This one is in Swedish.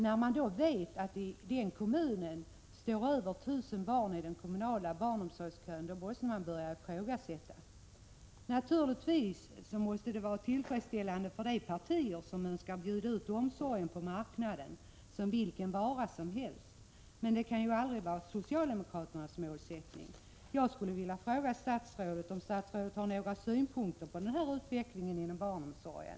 När man vet att detta gäller en kommun där över 1 000 barn står i en kommunal barnomsorgskö, måste man börja ifrågasätta systemet. Naturligtvis måste det här vara tillfredsställande för de partier som önskar bjuda ut omsorgen på marknaden som vilken vara som helst. Men det kan aldrig vara socialdemokraternas målsättning. Jag skulle vilja fråga om statsrådet har någon synpunkt på denna utveckling inom barnomsorgen.